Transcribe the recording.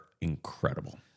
incredible